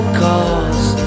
cause